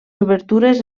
obertures